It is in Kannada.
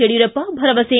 ಯಡಿಯೂರಪ್ಪ ಭರವಸೆ